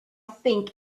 think